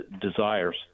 desires